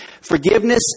Forgiveness